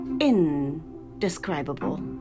indescribable